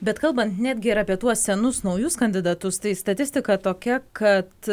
bet kalbant netgi ir apie tuos senus naujus kandidatus tai statistika tokia kad